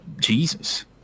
Jesus